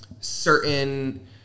certain